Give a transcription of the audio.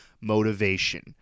motivation